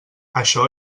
això